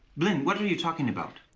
blynn, what are you talking about?